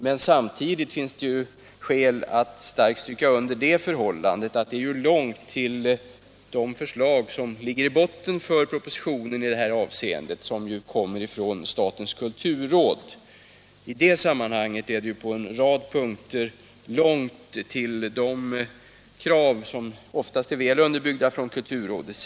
Men det är ju långt till de ofstast väl underbyggda förslag som ligger i botten för propositionen och som kommer från statens kulturråd.